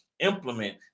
implement